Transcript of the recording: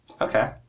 Okay